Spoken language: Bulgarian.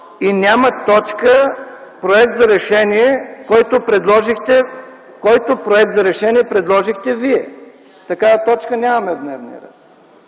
И няма точка – Проект за решение, който предложихте Вие. Такава точка нямаме в дневния ред.